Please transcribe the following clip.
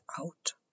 out